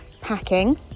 packing